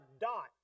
dot